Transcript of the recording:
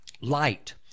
Light